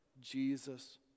Jesus